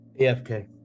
AFK